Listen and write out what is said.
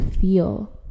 feel